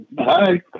Hi